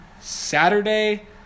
Saturday